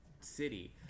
city